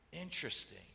Interesting